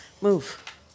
move